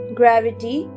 gravity